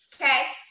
okay